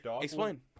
Explain